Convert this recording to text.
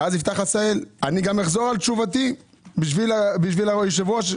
ואז יפתח עשהאל: אחזור על תשובתי בשביל היושב-ראש.